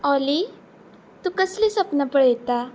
ऑली तूं कसली सपना पळयता